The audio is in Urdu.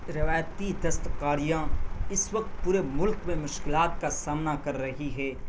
روایتی دستکاریاں اس وقت پورے ملک میں مشکلات کا سامنا کر رہی ہے